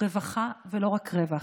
רווחה ולא רק רווח,